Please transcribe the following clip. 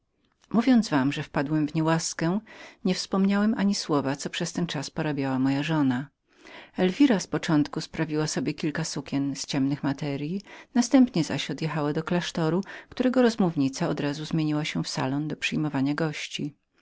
mówiąc wam o mojej niełasce nie wspomniałem ani słowa co przez ten czas porabiała moja żona elwira z początku sprawiła sobie kilka sukien z ciemnych materyi następnie odjechała do klasztoru którego klauzura od razu zmieniła się w salon do przyjmowania gości